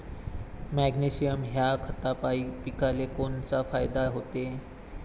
Magnesium ह्या खतापायी पिकाले कोनचा फायदा होते?